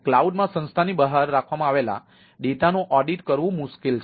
cloud માં સંસ્થાની બહાર રાખવામાં આવેલા ડેટાનું ઓડિટ કરવું મુશ્કેલ છે